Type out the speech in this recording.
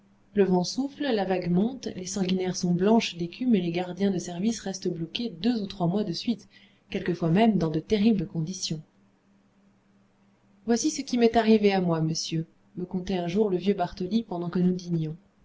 le vent souffle la vague monte les sanguinaires sont blanches d'écume et les gardiens de service restent bloqués deux ou trois mois de suite quelquefois même dans de terribles conditions voici ce qui m'est arrivé à moi monsieur me contait un jour le vieux bartoli pendant que nous dînions